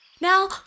Now